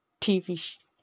TV